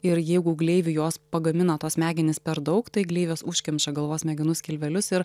ir jeigu gleivių jos pagamina tos smegenys per daug tai gleivės užkemša galvos smegenų skilvelius ir